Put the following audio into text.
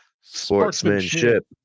Sportsmanship